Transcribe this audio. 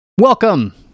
Welcome